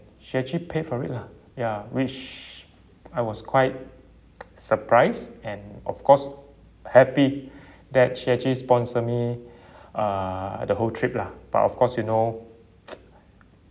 she actually pay for it lah ya which I was quite surprise and of course happy that she actually sponsor me uh the whole trip lah but of course you know